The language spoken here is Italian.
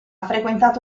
frequentato